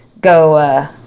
go